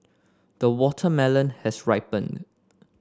the watermelon has ripened